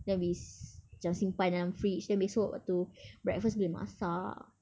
then we s~ macam simpan dalam fridge then esok tu breakfast boleh masak